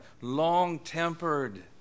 long-tempered